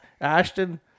Ashton